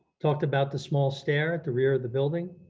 talked about the small stair at the rear of the building.